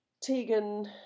Tegan